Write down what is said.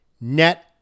net